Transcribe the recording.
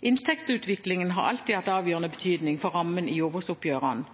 Inntektsutviklingen har alltid hatt avgjørende betydning for rammen i jordbruksoppgjørene.